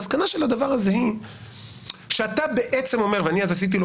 המסקנה של הדבר הזה היא שאתה בעצם אומר ואני אז עשיתי לו